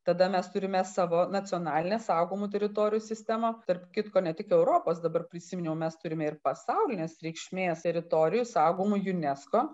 tada mes turime savo nacionalinę saugomų teritorijų sistemą tarp kitko ne tik europos dabar prisiminiau mes turime ir pasaulinės reikšmės teritorijų saugomų unesco